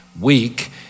week